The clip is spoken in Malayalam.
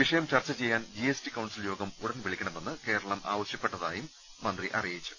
വിഷയം ചർച്ച ചെയ്യാൻ ജി എസ് ടി കൌൺസിൽയോഗം ഉടൻ വിളിക്കണമെന്ന് കേരളം ആവശ്യപ്പെട്ടതായും മന്ത്രി അറിയിച്ചു